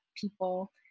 people